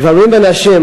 גברים ונשים,